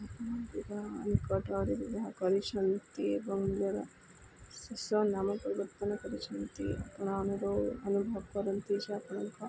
ବିବାହ ନିକଟରେ ବିବାହ କରିଛନ୍ତି ଏବଂ ନିଜର ଶେଷ ନାମ ପରିବର୍ତ୍ତନ କରିଛନ୍ତି ଆପଣ ଅନୁଭବ କରନ୍ତି ଯେ ଆପଣଙ୍କ